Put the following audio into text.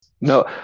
No